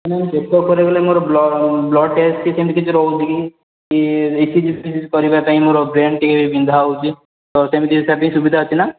ମୁଁ check up କରିବାକୁ ଗଲେ ମୋର ବ୍ଳଡ଼୍ ଟେଷ୍ଟ କିଛି ଏମିତି କିଛି ରହୁଛି କି ଇ ସି ଜି କରିବା ପାଇଁ ମୋର ବ୍ରେନ୍ଟି ବିନ୍ଧା ହେଉଛି ତ ସେମିତି କିଛି ସୁବିଧା ଅଛି ନା